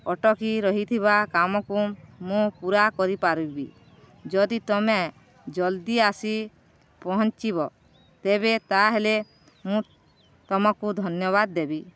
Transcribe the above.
ଅଟକି ରହିଥିବା କାମକୁ ମୁଁ ପୂରା କରିପାରିବି ଯଦି ତମେ ଜଲ୍ଦି ଆସି ପହଞ୍ଚିବ ତେବେ ତା'ହେଲେ ମୁଁ ତମକୁ ଧନ୍ୟବାଦ ଦେବି